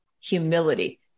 humility